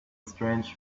strange